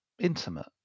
intimate